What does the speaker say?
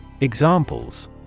Examples